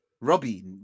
Robbie